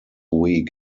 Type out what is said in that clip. week